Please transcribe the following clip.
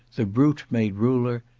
the brute made ruler,